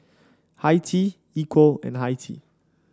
Hi Tea Equal and Hi Tea